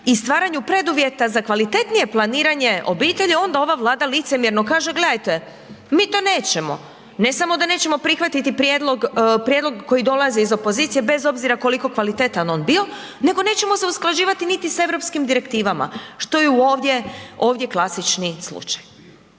i stvaranju preduvjeta za kvalitetnije planiranje obitelji onda ova Vlada licemjerno kaže, gledajte, mi to nećemo, ne samo da nećemo prihvatiti prijedlog, prijedlog koji dolazi iz opozicije bez obzira koliko kvalitetan on bio nego nećemo se usklađivati niti s europskim direktivama, što je ovdje, ovdje klasični slučaj.